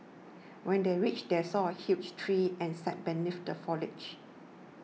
when they reached they saw a huge tree and sat beneath the foliage